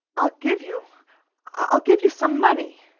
i'll give you i'll give you some money.